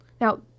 Now